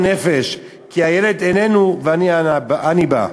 נפש כי הילד איננו ואני אנה אני בא.